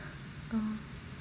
oh